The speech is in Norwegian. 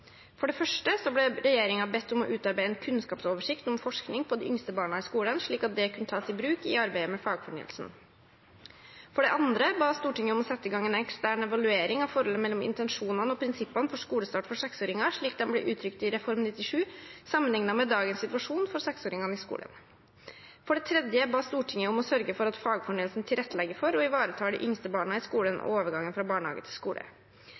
For det første ble regjeringen bedt om å utarbeide en kunnskapsoversikt om forskning på de yngste barna i skolen, slik at den kunne tas i bruk i arbeidet med fagfornyelsen. For det andre ba Stortinget om å sette i gang en ekstern evaluering av forholdet mellom intensjonene og prinsippene for skolestart for seksåringer, slik de ble uttrykt i Reform 97, sammenlignet med dagens situasjon for seksåringene i skolen. For det tredje ba Stortinget om å sørge for at fagfornyelsen tilrettelegger for og ivaretar de yngste barna i skolen og overgangen fra barnehage til skole.